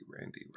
Randy